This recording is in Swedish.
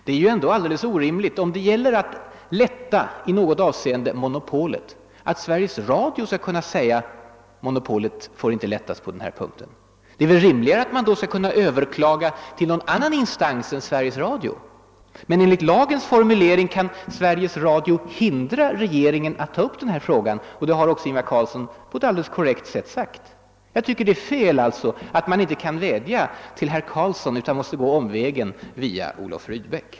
Om man begär att på något sätt få lätta på monopolet, är det alldeles orimligt att Sveriges Radio skall kunna säga att monopolet inte får lättas på denna punkt. Det är väl rimligare att man då skall kunna överklaga till någon annan instans än Sveriges Radio. Men enligt lagens formulering kan Sveriges Radio hindra regeringen från att ta upp denna fråga, och det har Ingvar Carlsson också på ett alldeles korrekt sätt refererat. Jag tycker alltså att det är fel att man inte kan vädja till herr Carlsson utan måste gå omvägen via Olof Rydbeck.